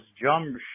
jump